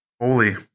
holy